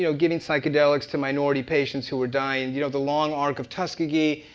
you know giving psychedelics to minority patients who were dying. you know the long arc of tuskogee,